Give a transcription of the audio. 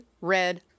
red